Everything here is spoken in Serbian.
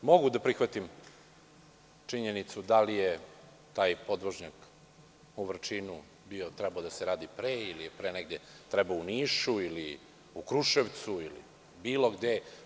Mogu da prihvatim činjenicu da li je taj podvožnjak u Vrčinu trebao da se radi pre ili je trebao u Nišu ili u Kruševcu ili bilo gde.